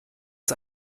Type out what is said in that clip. uns